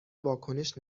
واکنش